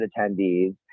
attendees